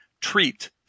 treat